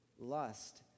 lust